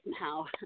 now